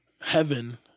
heaven